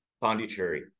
Pondicherry